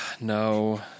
No